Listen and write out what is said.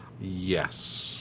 Yes